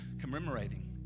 commemorating